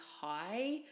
high